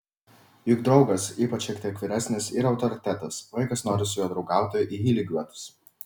juk draugas ypač šiek tiek vyresnis yra autoritetas vaikas nori su juo draugauti į jį lygiuotis